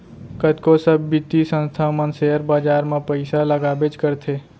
कतको सब बित्तीय संस्था मन सेयर बाजार म पइसा लगाबेच करथे